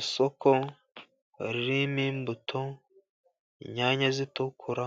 Isoko ririmo imbuto. Inyanya zitukura,